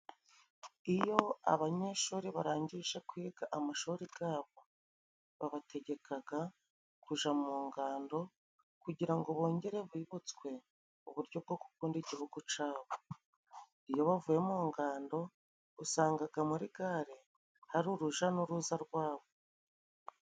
Iyo abanyeshuri barangije kwiga amashuri gabo babategekaga kuja mu ngando kugira ngo bongere bibutswe uburyo bwo gukunda igihugu cabo. Iyo bavuye mu ngando usangaga muri gare hari uruja n'uruza rwabo.